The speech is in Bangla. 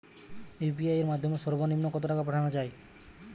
ইউ.পি.আই এর মাধ্যমে সর্ব নিম্ন কত টাকা পাঠানো য়ায়?